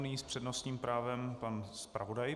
Nyní s přednostním právem pan zpravodaj.